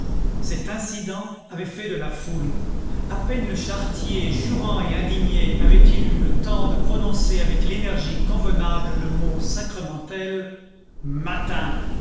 cet incident avait fait de la foule à peine le charretier jurant et indigné avait-il eu le temps de prononcer avec l'énergie convenable le mot sacramentel mâtin